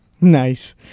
Nice